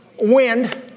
wind